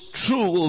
true